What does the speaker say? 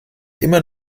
immer